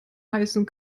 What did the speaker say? heißen